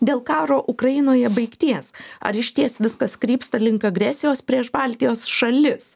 dėl karo ukrainoje baigties ar išties viskas krypsta link agresijos prieš baltijos šalis